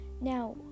Now